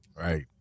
Right